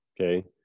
okay